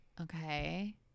okay